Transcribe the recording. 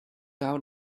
out